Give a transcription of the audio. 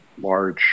large